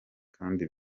kandi